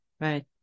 right